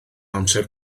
amser